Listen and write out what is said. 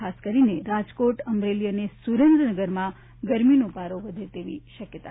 ખાસ કરીને રાજકોટ અમરેલી અને સુરેન્દ્રનગરમાં ગરમીનો પારો વધે તેવી શક્યતા છે